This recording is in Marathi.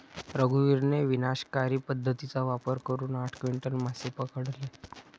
रघुवीरने विनाशकारी पद्धतीचा वापर करून आठ क्विंटल मासे पकडले